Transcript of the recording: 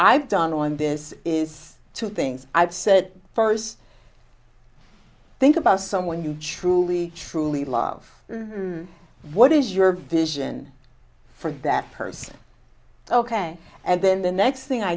i've done on this is two things i've said first think about someone you truly truly love what is your vision for that person ok and then the next thing i